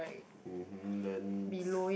mmhmm then